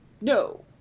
no